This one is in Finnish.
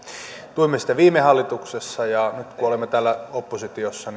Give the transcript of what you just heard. tuimme sitä viime hallituksessa ja nyt kun olemme täällä oppositiossa